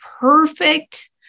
perfect